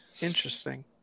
Interesting